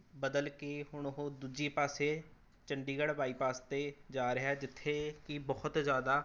ਬਦਲ ਕੇ ਹੁਣ ਉਹ ਦੂਜੇ ਪਾਸੇ ਚੰਡੀਗੜ੍ਹ ਬਾਈਪਾਸ 'ਤੇ ਜਾ ਰਿਹਾ ਜਿੱਥੇ ਕਿ ਬਹੁਤ ਜ਼ਿਆਦਾ